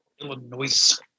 Illinois